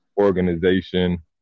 organization